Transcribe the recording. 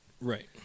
Right